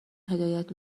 هدایت